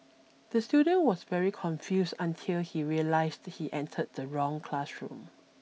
the student was very confused until he realised he entered the wrong classroom